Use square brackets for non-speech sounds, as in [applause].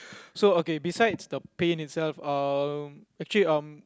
[breath] so okay besides the pain itself um actually um